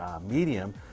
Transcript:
medium